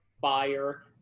fire